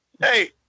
Hey